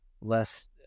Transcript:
less